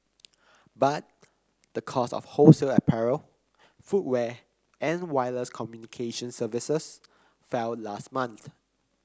but the cost of wholesale apparel footwear and wireless communications services fell last month